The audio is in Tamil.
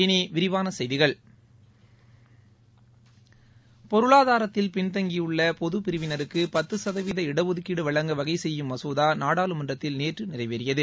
இனி விரிவான செய்திகள் பொருளாதாரத்தில் பின்தங்கியுள்ள பொதுப் பிரிவினருக்கு பத்து சதவீத இடஒதுக்கீடு வழங்க வகை செய்யும் மசோதா நாடாளுமன்றத்தில் நேற்று நிறைவேறியது